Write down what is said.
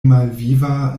malviva